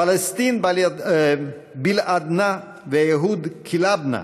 פלסטין בלדנא, ואל-יאהוד כלבנא,